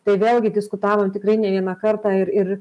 tai vėlgi diskutavom tikrai ne vieną kartą ir ir